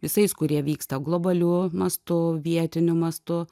visais kurie vyksta globaliu mastu vietiniu mastu